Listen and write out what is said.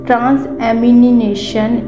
Transamination